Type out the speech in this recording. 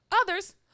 Others